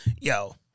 Yo